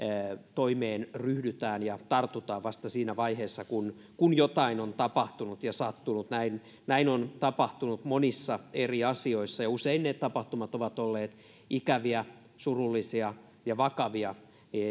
toimeen ryhdytään ja tartutaan vasta siinä vaiheessa kun kun jotain on tapahtunut ja sattunut näin näin on tapahtunut monissa eri asioissa ja usein ne tapahtumat ovat olleet ikäviä surullisia ja vakavia